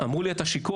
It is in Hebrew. לא אמרו לי אתה שיכור,